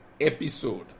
episode